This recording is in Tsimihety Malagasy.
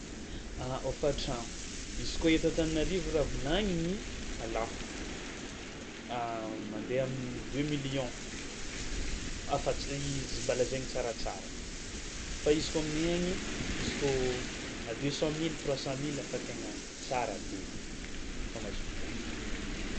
A hôfan-tragno, izy kôa eto Antananarivo raha volagniny a lafo, mandeha amin'ny deux millions afa-ts- izy mbala zay ny tsaratsara fa izy kôa mihaigny izy kôa a deux cents milles trois cents milles efa tegna tsara be, fa mahazo villa.